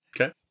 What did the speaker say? Okay